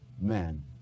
men